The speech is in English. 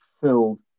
filled